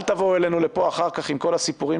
אל תבואו אלינו לפה אחר כך עם כל הסיפורים